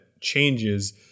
changes